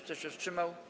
Kto się wstrzymał?